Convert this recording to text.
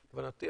בוגי,